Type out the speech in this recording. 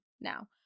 now